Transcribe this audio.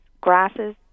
grasses